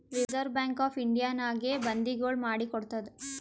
reserve Bank of ಇಂಡಿಯಾನಾಗೆ ಬಂದಿಗೊಳ್ ಮಾಡಿ ಕೊಡ್ತಾದ್